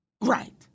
Right